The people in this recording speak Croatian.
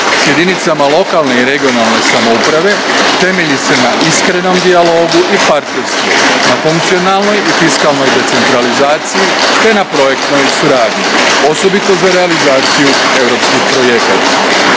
jedinicama lokalne i regionalne samouprave temelji se na iskrenom dijalogu i partnerstvu, na funkcionalnoj i fiskalnoj decentralizaciji te na projektnoj suradnji, osobito za realizaciju europskih projekata.